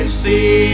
see